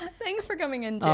thanks for coming in,